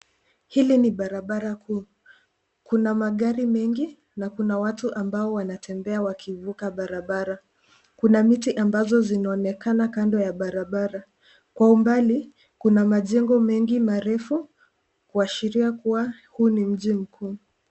Hili ni barabara kuu. Kuna magari mengi na kuna watu ambao wanatembea wakivuka barabara. Kuna miti ambazo zinaonekana kando ya barabara. Kwa umbali, kuna majengo mengi marefu kuashiria kuwa huu ni mji mkuu.